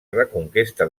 reconquesta